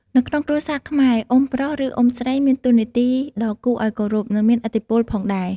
នៅក្នុងគ្រួសារខ្មែរ អ៊ុំប្រុស ឬ អ៊ុំស្រីមានតួនាទីដ៏គួរឱ្យគោរព និងមានឥទ្ធិពលផងដែរ។